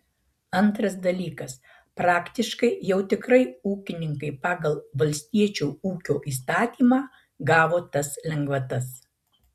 antras dalykas praktiškai jau tikrai ūkininkai pagal valstiečio ūkio įstatymą gavo tas lengvatas